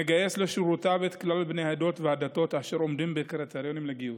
מגייס לשירותיו את כלל בני העדות והדתות אשר עומדים בקריטריונים לגיוס.